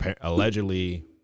allegedly